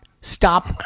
Stop